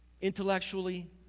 intellectually